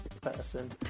person